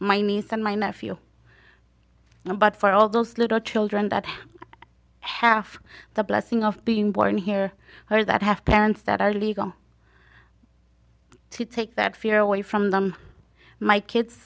my niece and my nephew but for all those little children that have half the blessing of being born here or that have parents that are legal to take that fear away from them my kids